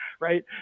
right